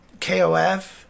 KOF